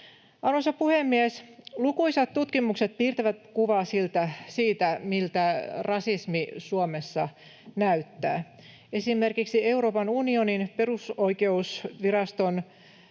Arvoisa puhemies! Lukuisat tutkimukset piirtävät kuvaa siitä, miltä rasismi Suomessa näyttää. Esimerkiksi Euroopan unionin perusoikeusviraston